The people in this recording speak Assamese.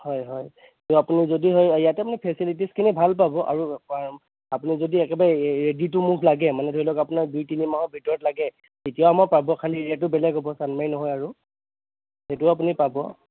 হয় হয় আপুনি যদি হয় ইয়াতে আপুনি ফেছিলিটিছখিনি ভাল পাব আৰু আপুনি যদি একেবাৰে ৰেডী টু মুভ লাগে ধৰি লওক আপোনাৰ দুই তিনিমাহৰ ভিতৰত লাগে তেতিয়া আমাৰ পাব খালী এৰিয়াতো বেলেগ হ'ব চানমাৰীত নহয় আৰু সেইটোও আপুনি পাব